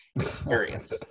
experience